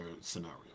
scenario